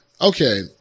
Okay